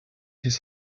his